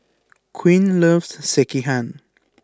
Quinn loves Sekihan